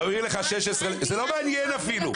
זה לא מעניין אפילו.